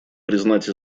признать